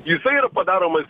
jisai yra padaromas